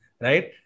right